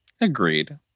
Agreed